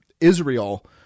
Israel